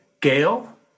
Gail